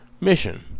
mission